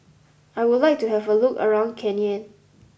I would like to have a look around Cayenne